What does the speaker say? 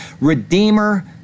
redeemer